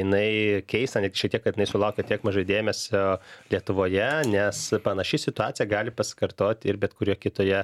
jinai keista net šiek tiek kad jinai sulaukė tiek mažai dėmesio lietuvoje nes panaši situacija gali pasikartoti ir bet kurioje kitoje